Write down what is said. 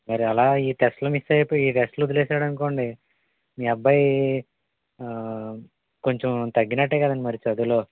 మరి అలా ఈ టెస్ట్లు మిస్ అయిపోయి టెస్ట్లు వదిలేసాడనుకోండి మీ అబ్బాయి కొంచుం తగ్గినట్టే కదండి మరి చదువులో